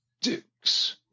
Dukes